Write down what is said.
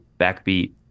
backbeat